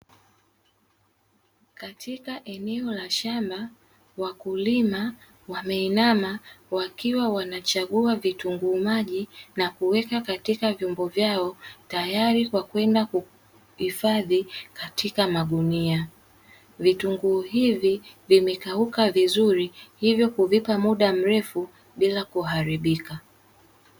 Katika eneo la shamba wakulima wameinama wakiwa wanachagua vitunguu maji na kuweka katika vyombo vyao tayari kwa kwenda kuhifadhi katika magunia. Vitunguu hivi vimekauka vizuri hivyo kuvipa muda mrefu bila kuharibika.